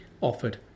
offered